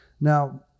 Now